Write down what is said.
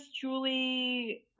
Julie